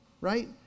right